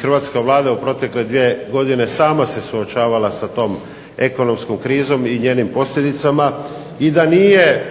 hrvatska Vlada u protekle dvije godine sama se suočavala sa tom ekonomskom krizom i njenim posljedicama i da nije